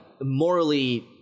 morally